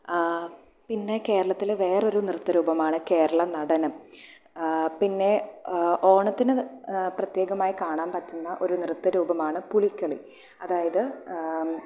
പിന്നെ കേരളത്തിലെ വേറെ ഒരു നൃത്ത രൂപമാണ് കേരള നടനം പിന്നെ ഓണത്തിന് പ്രത്യേകമായി കാണാൻ പറ്റുന്ന ഒരു നൃത്ത രൂപമാണ് പുലിക്കളി അതായത്